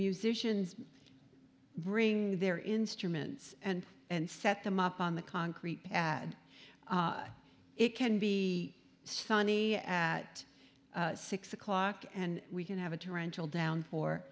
musicians bring their instruments and and set them up on the concrete pad it can be sunny at six o'clock and we can have a tarantula down four